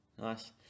Nice